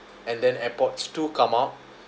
and then airpods two come out